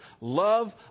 love